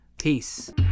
peace